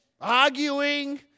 arguing